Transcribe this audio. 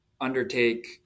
undertake